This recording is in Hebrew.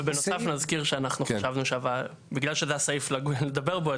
ובנוסף נזכיר שאנחנו חשבנו שבגלל שזה הסעיף לדבר בו,